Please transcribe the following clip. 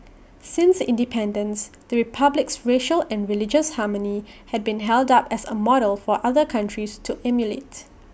since independence the republic's racial and religious harmony has been held up as A model for other countries to emulates